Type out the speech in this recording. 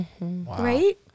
right